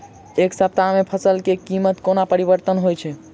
एक सप्ताह मे फसल केँ कीमत कोना परिवर्तन होइ छै?